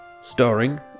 Starring